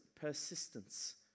persistence